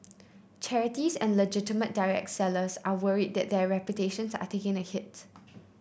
charities and legitimate direct sellers are worried that their reputations are taking a hit